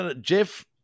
Jeff